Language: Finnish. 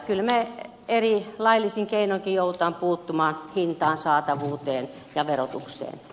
kyllä me erilaisin laillisin keinoin joudumme puuttumaan hintaan saatavuuteen ja verotukseen